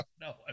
No